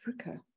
Africa